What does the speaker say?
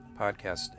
podcast